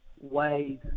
ways